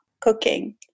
cooking